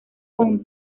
con